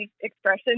expression